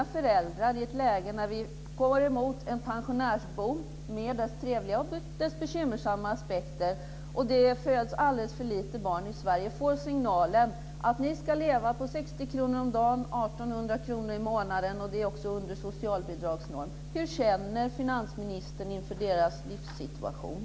Vi går nu mot en pensionärsboom, med trevliga och bekymmersamma aspekter. Det föds alldeles för få barn i Sverige. I det läget får unga föräldrar signalen att de ska leva på 60 kr om dagen, 1 800 kr i månaden. Det är också under socialbidragsnormen. Hur känner finansministern inför deras livssituation?